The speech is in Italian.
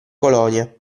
colonie